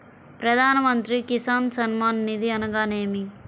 ప్రధాన మంత్రి కిసాన్ సన్మాన్ నిధి అనగా ఏమి?